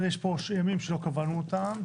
יש פה ימים שלא קבענו אותם,